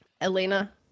elena